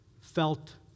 felt